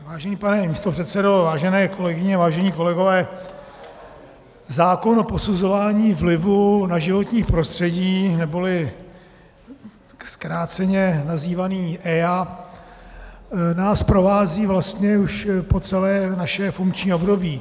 Vážený pane místopředsedo, vážené kolegyně, vážení kolegové, zákon o posuzování vlivu na životní prostředí, zkráceně nazývaný EIA, nás provází vlastně už po celé naše funkční období.